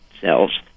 cells